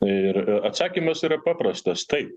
ir atsakymas yra paprastas taip